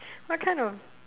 what kind of